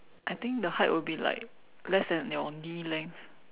I think the height will be like less than your knee length